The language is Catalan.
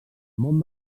món